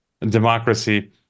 democracy